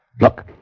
Look